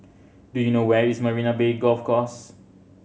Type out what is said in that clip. do you know where is Marina Bay Golf Course